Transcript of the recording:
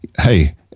hey